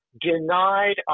denied